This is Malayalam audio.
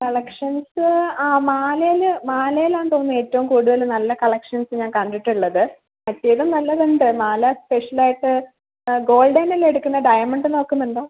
കളക്ഷൻസ് ആ മാലയിൽ മാലയിലാണെന്ന് തോന്നുന്നു ഏറ്റവും കൂടുതൽ നല്ല കളക്ഷൻസ് ഞാൻ കണ്ടിട്ടുള്ളത് മറ്റേതും നല്ലത് ഉണ്ട് മാല സ്പെഷ്യലായിട്ട് ആ ഗോൾഡ് തന്നെ അല്ലേ എടുക്കുന്നത് ഡയമണ്ട് നോക്കുന്നുണ്ടോ